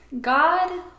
God